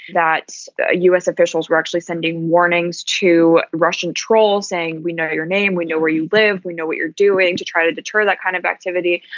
that u s. officials were actually sending warnings to russian troll saying, we know your name, we know where you live. we know what you're doing to try to deter that kind of activity.